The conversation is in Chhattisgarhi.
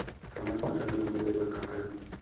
हमर फसल ल घुना ले बर का करन?